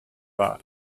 waren